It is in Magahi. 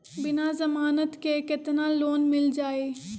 बिना जमानत के केतना लोन मिल जाइ?